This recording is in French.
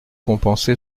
compensé